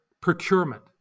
procurement